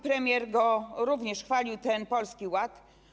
Premier również chwalił ten Polski Ład.